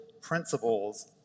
principles